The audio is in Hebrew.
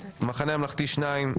המחנה הממלכתי שניים,